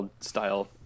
style